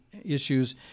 issues